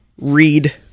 read